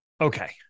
Okay